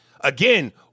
again